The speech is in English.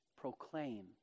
proclaim